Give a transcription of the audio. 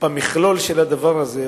במכלול של הדבר הזה,